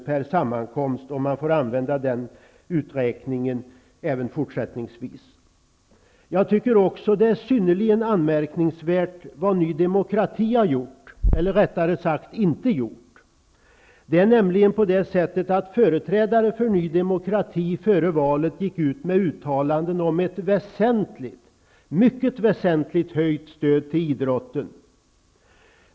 per sammankomst, om man får använda den uträkningen även fortsättingsvis. Jag tycker också att det är synnerligen anmärkningsvärt vad Ny demokrati har gjort, eller rättare sagt inte har gjort. Det är nämligen på det sättet att företrädare för Ny demokrati före valet gick ut med uttalanden om ett väsentligt höjt stöd till idrotten.